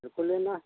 बिल्कुल लेना है